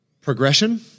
progression